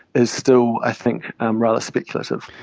is still i think um rather speculative.